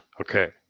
Okay